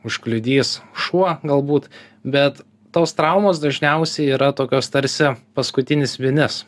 užkliudys šuo galbūt bet tos traumos dažniausiai yra tokios tarsi paskutinis vinis